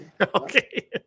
Okay